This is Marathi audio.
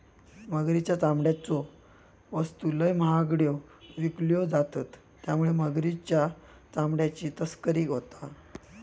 मगरीच्या चामड्याच्यो वस्तू लय महागड्यो विकल्यो जातत त्यामुळे मगरीच्या चामड्याची तस्करी होता